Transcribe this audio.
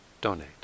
donate